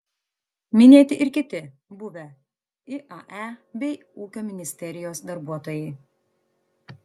minėti ir kiti buvę iae bei ūkio ministerijos darbuotojai